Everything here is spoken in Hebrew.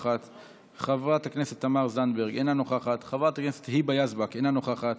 חברת הכנסת יוליה מלינובסקי, אינה נוכחת,